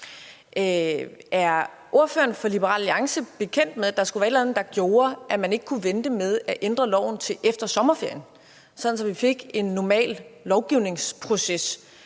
Er ordføreren for Liberal Alliance bekendt med, at der skulle være et eller andet, der gjorde, at man ikke kunne vente med at ændre loven til efter sommerferien, sådan at vi fik en normal lovgivningsproces